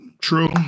true